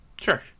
Sure